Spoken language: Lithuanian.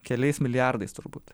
keliais milijardais turbūt